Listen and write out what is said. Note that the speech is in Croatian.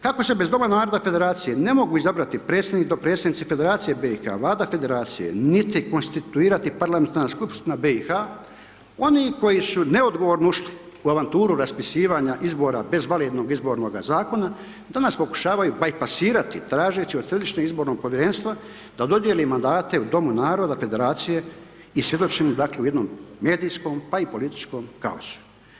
Kako se bez Doma federacije ne mogu izabrati predsjednik, dopredsjednici Federacije BiH-a, Vlada federacije niti konstituirati parlamentarna skupština BiH-a, oni koji su neodgovorno ušli u avanturu raspisivanja izbora bez validnoga Izbornog zakona, danas pokušavaju bajpasirati tražeći od Središnjeg izbornog povjerenstva da dodijeli mandate u Domu naroda Federacije i svjedočimo dakle u jednom medijskom pa u političkom kaosu.